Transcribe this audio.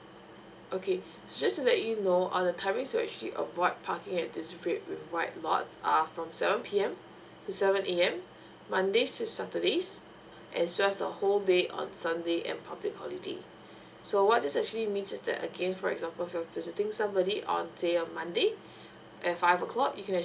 okay just to let you know uh the timing to actually avoid parking at this red with white lots are from seven P M to seven A M mondays to saturdays as well as the whole day on sunday and public holiday so what this actually means is that again for example if you're visiting somebody on say on monday at five o'clock you can actually